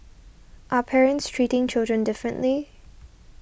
are parents treating children differently